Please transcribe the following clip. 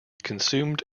consumed